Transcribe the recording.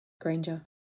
Granger